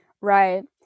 right